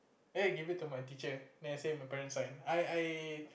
then I give it to my teacher then I say my parent sign I I